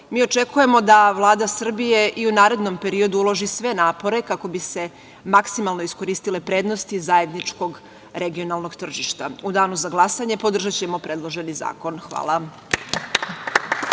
očekujemo da Vlada Srbije i u narednom periodu uloži sve napore kako bi se maksimalno iskoristile prednosti zajedničkog regionalnog tržišta. U danu za glasanje podržaćemo predloženi zakon. Hvala.